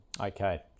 okay